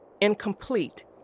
incomplete